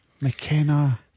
McKenna